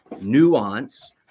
nuance